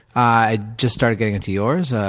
i just started getting into yours.